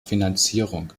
finanzierung